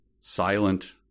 silent